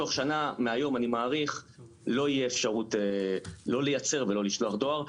אני מעריך שתוך שנה מהיום לא תהיה אפשרות לא לייצר ולא לשלוח דואר.